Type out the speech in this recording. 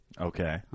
Okay